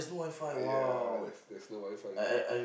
ya there's there's no WiFi